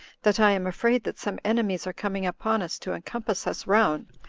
that i am afraid that some enemies are coming upon us to encompass us round.